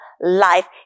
life